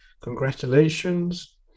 congratulations